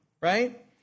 right